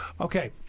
Okay